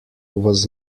was